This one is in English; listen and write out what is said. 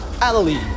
alley